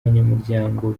banyamuryango